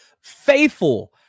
faithful